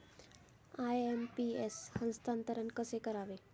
IMPS हस्तांतरण कसे करावे?